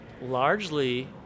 largely